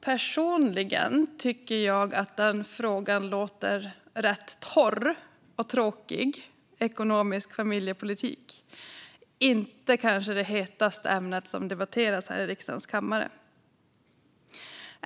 Personligen tycker jag att frågan låter rätt torr och tråkig: ekonomisk familjepolitik - kanske inte det hetaste ämne som debatteras här i riksdagens kammare.